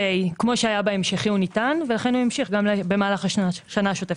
שהיה בהמשכי הוא ניתן ולכן הוא ימשיך במהלך השנה השוטפת.